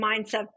mindset